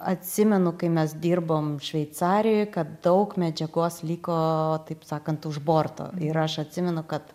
atsimenu kai mes dirbom šveicarijoj kad daug medžiagos liko taip sakant už borto ir aš atsimenu kad